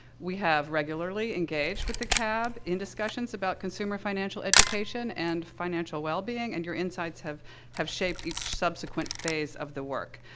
we have regularly engaged with the cab in discussions about consumer financial education and financial wellbeing, and your insights have have shaped each subsequent phase of the work.